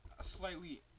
slightly